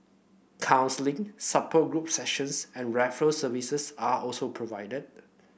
counselling support group sessions and services are also provided